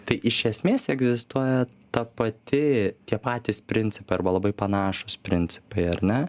tai iš esmės egzistuoja ta pati tie patys principai arba labai panašūs principai ar ne